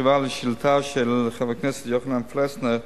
תשובה על שאילתא של חבר הכנסת יוחנן פלסנר: